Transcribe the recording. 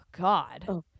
God